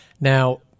Now